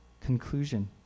conclusion